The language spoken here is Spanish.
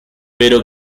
pero